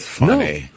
no